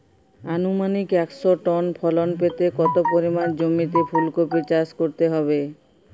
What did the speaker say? আনুমানিক একশো টন ফলন পেতে কত পরিমাণ জমিতে ফুলকপির চাষ করতে হবে?